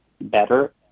better